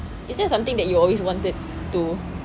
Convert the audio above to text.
is there something that you always wanted to